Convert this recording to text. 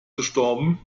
gestorben